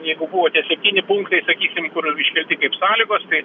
jeigu buvo tie septyni punktai sakysim kur iškelti kaip sąlygos tai